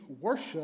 worship